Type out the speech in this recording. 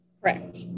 correct